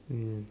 mm